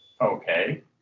Okay